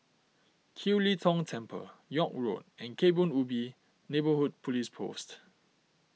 Kiew Lee Tong Temple York Road and Kebun Ubi Neighbourhood Police Post